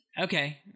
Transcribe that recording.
Okay